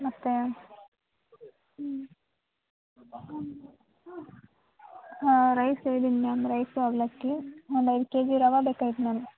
ಮತ್ತು ಹ್ಞೂ ಹಾಂ ರೈಸ್ ಹೇಳಿ ಮ್ಯಾಮ್ ರೈಸ್ ಅವಲಲಕ್ಕಿ ಒಂದು ಐದು ಕೆ ಜಿ ರವೆ ಬೇಕಾಗಿತ್ತು ಮ್ಯಾಮ್